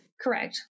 Correct